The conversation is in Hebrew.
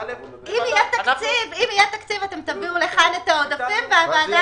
אם יהיה תקציב אתם תביאו לכאן את העודפים והוועדה